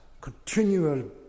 continual